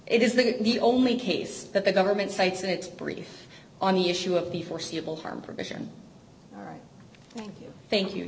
it is the only case that the government sites in its brief on the issue of the foreseeable harm provision thank you